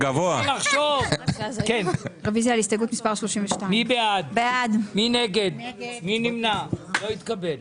לא נצביע על החוק עד שלא יבואו אנשי אגף התקציבים.